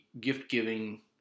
gift-giving